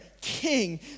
king